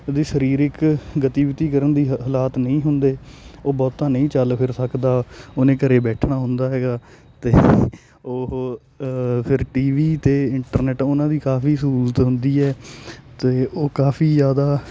ਦੇ ਸਰੀਰਕ ਗਤੀਵਿਧੀ ਕਰਨ ਦੀ ਹ ਹਲਾਤ ਨਹੀਂ ਹੁੰਦੇ ਉਹ ਬਹੁਤਾ ਨਹੀਂ ਚਲ ਫਿਰ ਸਕਦਾ ਉਹਨੇ ਘਰ ਬੈਠਣਾ ਹੁੰਦਾ ਹੈਗਾ ਅਤੇ ਉਹ ਫੇਰ ਟੀਵੀ ਅਤੇ ਇੰਟਰਨੈੱਟ ਉਨ੍ਹਾਂ ਦੀ ਕਾਫ਼ੀ ਸਹੂਲਤ ਹੁੰਦੀ ਹੈ ਅਤੇ ਉਹ ਕਾਫ਼ੀ ਜ਼ਿਆਦਾ